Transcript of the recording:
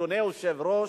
אדוני היושב-ראש,